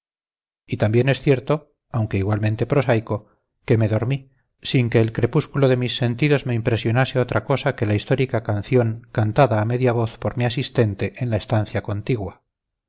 y también es cierto aunque igualmente prosaico que me dormí sin que el crepúsculo de mis sentidos me impresionase otra cosa que la histórica canción cantadaa media voz por mi asistente en la estancia contigua